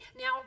Now